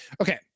okay